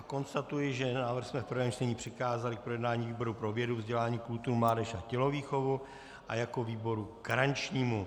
Konstatuji, že návrh jsme v prvém čtení přikázali k projednání výboru pro vědu, vzdělání, kulturu, mládež a tělovýchovu jako výboru garančnímu.